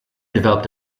developed